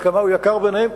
עד כמה הוא יקר בעיניהם,